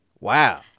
Wow